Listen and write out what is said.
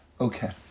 Okay